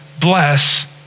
bless